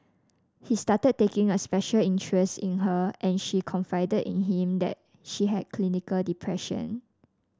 he started taking a special interest in her and she confided in him that she had clinical depression